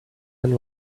and